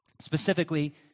specifically